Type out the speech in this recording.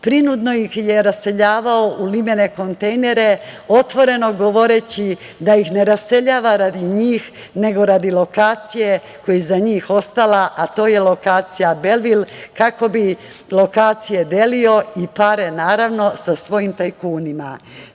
Prinudno ih je raseljavao u limene kontejnere, otvoreno govoreći da ih ne raseljava radi njih, nego radi lokacije koja je iza njih ostala, a to je lokacija „Belvil“, kako bi lokacije delio i pare naravno sa svojim tajkunima. Takođe